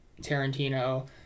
tarantino